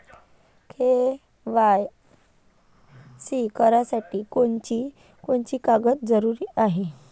KYC करासाठी कोनची कोनची कागद जरुरी हाय?